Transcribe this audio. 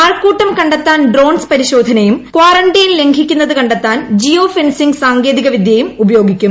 ആൾക്കൂട്ടം കണ്ടെത്താൻ ഡ്രോൺ പരിശോധനയും കാറന്റൈൻ ലംഘിക്കുന്നത് കണ്ടെത്താൻ ജിയോ ഫെൻസിങ് സാങ്കേതികവിദ്യയും ഉപയോഗിക്കും